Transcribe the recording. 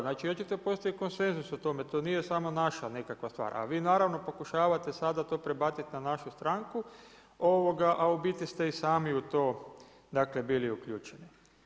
Znači očito postoji konsenzus o tome, to nije samo naša nekakva stvar, a vi naravno pokušavate sada to prebaciti na našu stranku, a u biti ste i sami u to dakle bili uključeni.